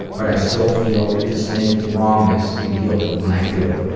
but i still feel a distinct wrongness and guilt when i do it.